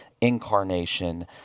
incarnation